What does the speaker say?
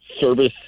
service